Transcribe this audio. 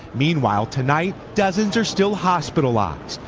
meanwhile, tonight dozens are still hospitalized.